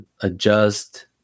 adjust